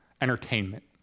Entertainment